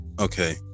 Okay